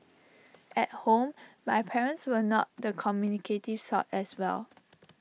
at home my parents were not the communicative sort as well